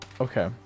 Okay